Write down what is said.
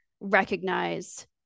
recognize